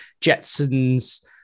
jetsons